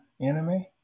anime